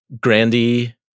Grandy